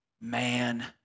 man